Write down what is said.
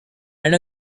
and